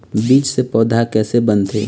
बीज से पौधा कैसे बनथे?